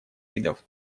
видов